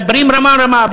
מדברים רמה-רמה,